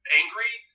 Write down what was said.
angry